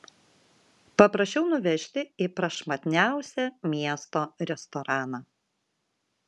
paprašiau nuvežti į prašmatniausią miesto restoraną